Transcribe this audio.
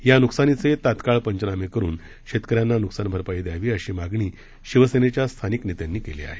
या नुकसानीचे तात्काळ पंचनामे करून शेतकऱ्यांना नुकसान भरपाई द्यावी अशी मागणी शिवसेनेच्या स्थानिक नेत्यांनी केली आहे